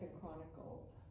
Chronicles